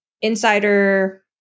insider